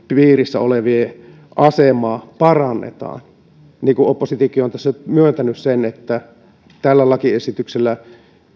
piirissä olevien asemaa parannetaan niin kuin oppositiokin on on tässä nyt myöntänyt sen että tällä lakiesityksellä